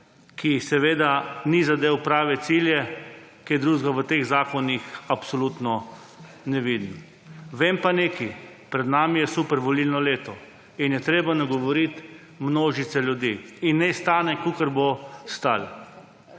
ki seveda ni zadel prave cilje, kaj druga v teh zakonih absolutno ne vidim. Vem pa nekaj. Pred nami je super volilno leto in je treba na govoriti množice ljudi in naj stane kolikor bo stalo.